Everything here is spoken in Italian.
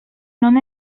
non